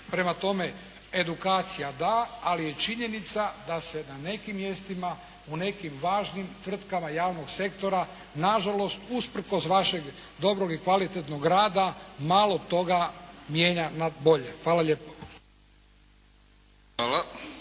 Prema tome, edukacija da, ali je činjenica da se na nekim mjestima u nekim važnim tvrtkama javnog sektora na žalost usprkos vašeg dobrog i kvalitetnog rada malo toga mijenja na bolje. Hvala lijepo.